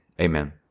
Amen